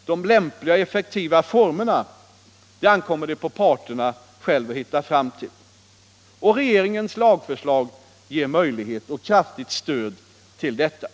och de lämpliga och effektiva formerna tillkommer det parterna själva att hitta fram till. Och regeringens lagförslag ger möjligheter till och kraftigt stöd för detta.